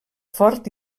fort